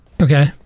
Okay